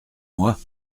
mois